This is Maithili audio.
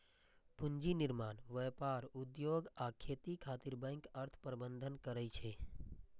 पूंजी निर्माण, व्यापार, उद्योग आ खेती खातिर बैंक अर्थ प्रबंधन करै छै